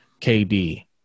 KD